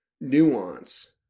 nuance